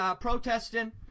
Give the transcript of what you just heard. protesting